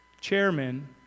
chairman